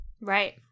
Right